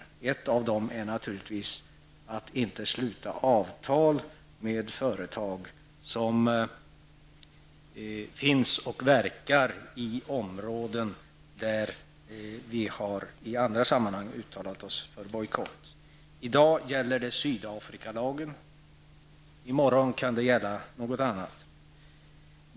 Ett sätt att stödja dem är naturligtvis att inte sluta avtal med företag som finns och verkar i områden där vi i andra sammanhang har uttalat oss för bojkott. I dag gäller det Sydafrikalagen, i morgon kan det gälla något annat.